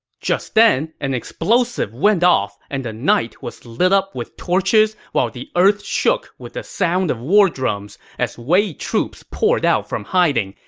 just then an explosive went off and the night was lit up with torches while the earth shook with the sound of war drums as wei troops poured out from hiding,